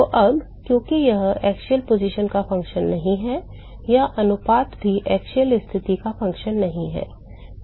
तो अब क्योंकि यह अनुपात अक्षीय स्थिति का फ़ंक्शन नहीं है यह अनुपात भी अक्षीय स्थिति का फ़ंक्शन नहीं है